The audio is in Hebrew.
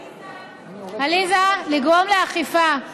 עליזה, לגרום לאכיפה.